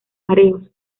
mareos